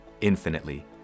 infinitely